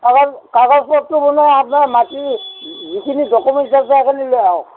অঁ কাগজ পত্ৰবোৰলৈ আপোনাৰ মাটি যিখিনি ডকুমেণ্টচ্ থাকে আপুনি লৈ আহক